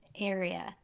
area